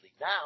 now